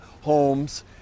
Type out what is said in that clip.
homes